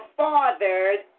fathers